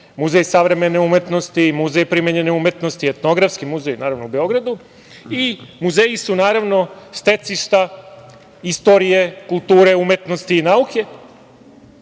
Muzej savremene umetnosti, Muzej primenjene umetnosti, Etnografski muzej u Beogradu i muzeji su naravno stecišta istorije kulture, umetnosti i nauke. Od